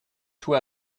tout